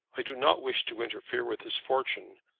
i do not wish to interfere with his fortune.